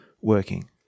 working